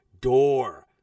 door